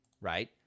right